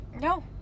No